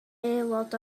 aelod